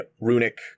runic